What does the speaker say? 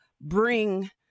bring